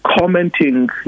commenting